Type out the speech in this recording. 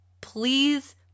Please